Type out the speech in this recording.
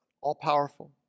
all-powerful